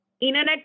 internet